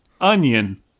onion